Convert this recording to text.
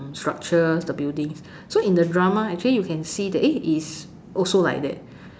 structures the buildings so in the drama actually you can see that eh it is also like that